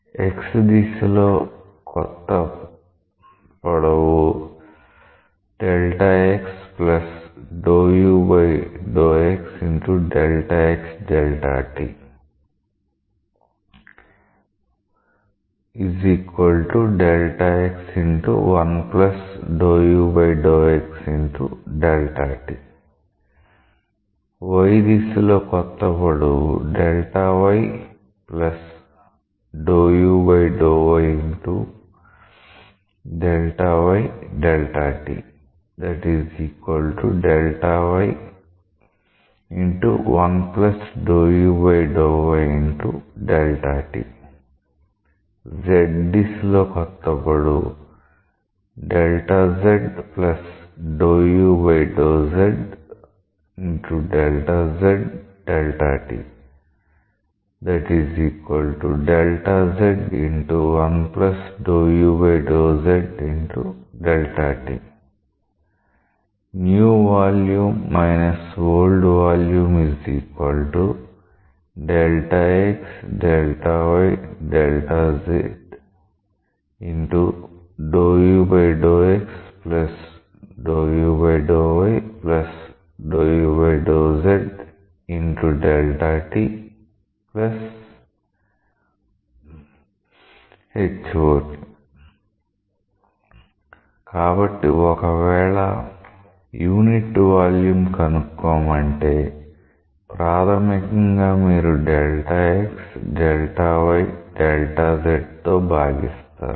x దిశలో కొత్త పొడవు y దిశలో కొత్త పొడవు z దిశలో కొత్త పొడవు న్యూ వాల్యూమ్ ఓల్డ్ వాల్యూమ్ కాబట్టి ఒకవేళ యూనిట్ వాల్యూమ్ కి కనుక్కోమంటే ప్రాథమికంగా మీరు Δ x Δ y Δ z తో భాగిస్తారు